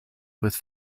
with